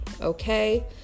okay